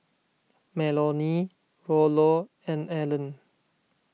Melonie Rollo and Alleen